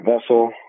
Vessel